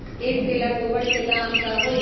एक टेलर गोबर के दाम का होई?